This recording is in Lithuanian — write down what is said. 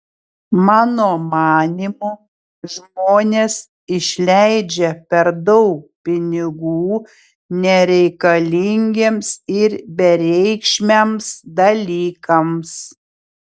mano manymu žmonės išleidžia per daug pinigų nereikalingiems ir bereikšmiams dalykams